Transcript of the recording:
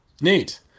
Neat